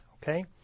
Okay